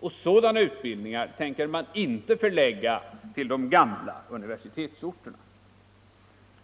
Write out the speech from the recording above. och sådana utbildningar tänker man inte förlägga till de gamla universitetsorterna.